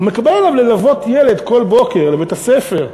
הוא מקבל עליו ללוות ילד כל בוקר לבית-הספר.